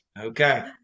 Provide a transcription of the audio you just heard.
okay